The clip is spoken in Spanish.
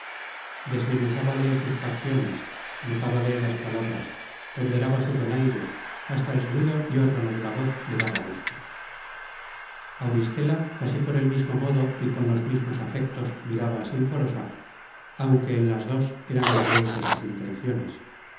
della desmenuzábale sus facciones notábale las palabras ponderaba su donaire hasta el sonido y órgano de la voz le daba gusto auristela casi por el mismo modo y con los mismos afectos miraba á sinforosa aunque en las dos eran diferentes las intenciones